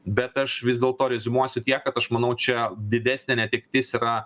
bet aš vis dėlto reziumuosiu tiek kad aš manau čia didesnė netektis yra